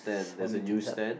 swarming things up